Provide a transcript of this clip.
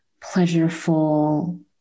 pleasureful